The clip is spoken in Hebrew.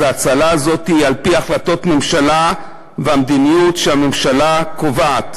אז ההאצלה הזאת היא על-פי החלטות ממשלה והמדיניות שהממשלה קובעת